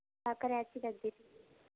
لا کر ایسی رکھ دی تھی